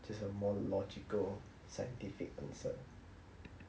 is a more logical scientific answer